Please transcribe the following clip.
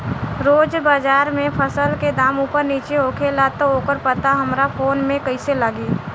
रोज़ बाज़ार मे फसल के दाम ऊपर नीचे होखेला त ओकर पता हमरा फोन मे कैसे लागी?